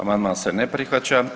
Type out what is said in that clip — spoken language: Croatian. Amandman se ne prihvaća.